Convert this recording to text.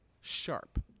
sharp